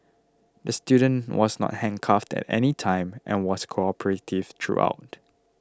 the student was not handcuffed at any time and was cooperative throughout